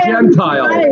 Gentile